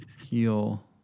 Heel